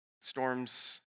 storms